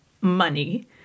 money